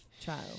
child